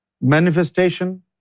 manifestation